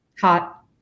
Hot